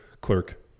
clerk